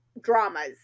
dramas